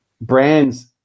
brands